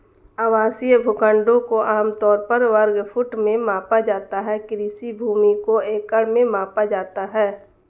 आवासीय भूखंडों को आम तौर पर वर्ग फुट में मापा जाता है, कृषि भूमि को एकड़ में मापा जाता है